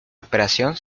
operación